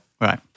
right